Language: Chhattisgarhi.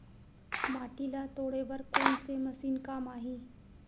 माटी ल तोड़े बर कोन से मशीन काम आही?